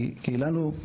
כי לנו,